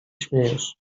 śmiejesz